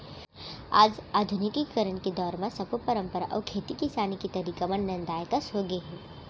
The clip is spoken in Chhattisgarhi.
आज आधुनिकीकरन के दौर म सब्बो परंपरा अउ खेती किसानी के तरीका मन नंदाए कस हो गए हे